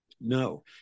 No